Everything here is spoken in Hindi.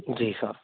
जी सर